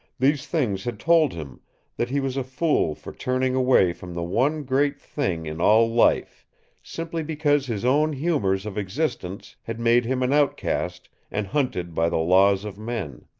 these things had told him that he was a fool for turning away from the one great thing in all life simply because his own humors of existence had made him an outcast and hunted by the laws of men.